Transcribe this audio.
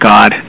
God